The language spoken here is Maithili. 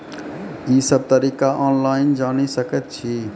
ई सब तरीका ऑनलाइन जानि सकैत छी?